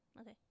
Okay